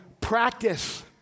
practice